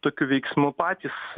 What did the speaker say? tokiu veiksmu patys